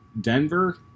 Denver